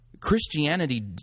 Christianity